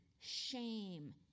shame